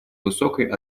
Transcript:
высокой